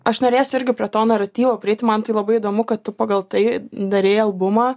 aš norėsiu irgi prie to naratyvo prieiti man tai labai įdomu kad tu pagal tai darei albumą